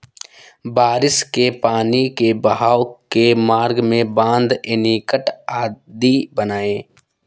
बारिश के पानी के बहाव के मार्ग में बाँध, एनीकट आदि बनाए